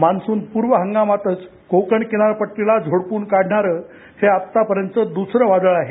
monsoon पूर्व हंगामातच कोकण किनारपट्टीला झोडपून काढणारं हे आतापर्यंतचं दुसरं वादळ आहे